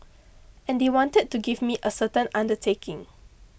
and they wanted to me to give a certain undertaking